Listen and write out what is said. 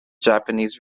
japanese